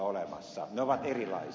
ne ovat erilaiset